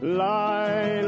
lie